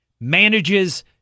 manages